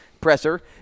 presser